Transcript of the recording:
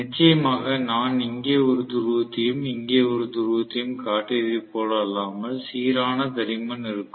நிச்சயமாக நான் இங்கே ஒரு துருவத்தையும் இங்கே ஒரு துருவத்தையும் காட்டியதைப் போல அல்லாமல் சீரான தடிமன் இருக்கும்